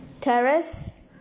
terrace